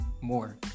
more